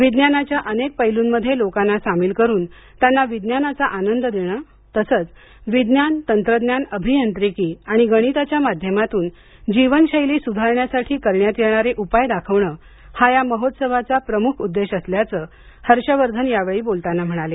विज्ञानाच्या अनेक पैलूंमध्ये लोकांना सामील करून त्यांना विज्ञानाचा आनंद देणे तसंच विज्ञान तंत्रज्ञान अभियांत्रिकी आणि गणिताच्या माध्यमातून जीवनशैली सुधारण्यासाठी करण्यात येणार उपाय दाखवण हा या महोत्सवाचा प्रमुख उद्देश असल्याचं हर्षवर्धन यावेळी बोलताना म्हणाले